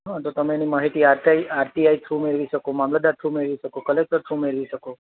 હ તો તમે એની માહિતી આરતી આરટીઆઈ થ્રુ મેળવી શકો મામલતદાર થ્રુ મેળવી શકો કલેક્ટર થ્રુ મેળવી શકો